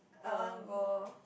I want go